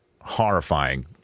Horrifying